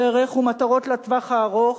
דרך ומטרות לטווח הארוך,